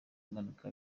impanuka